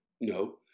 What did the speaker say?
no